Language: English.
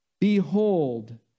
Behold